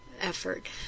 effort